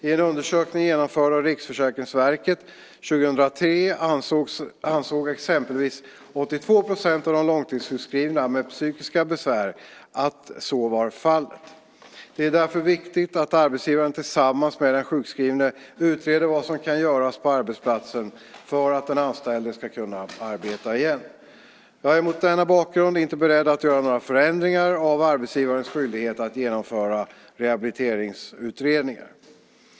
I en undersökning genomförd av Riksförsäkringsverket 2003 ansåg exempelvis 82 % av de långtidssjukskrivna med psykiska besvär att så var fallet. Det är därför viktigt att arbetsgivaren tillsammans med den sjukskrivne utreder vad som kan göras på arbetsplatsen för att den anställde ska kunna arbeta igen. Jag är mot denna bakgrund inte beredd att göra någon förändring av arbetsgivarnas skyldighet att genomföra rehabiliteringsutredningar.